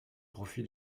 profit